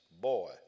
boy